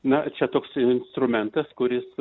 na čia toks instrumentas kuris